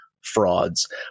frauds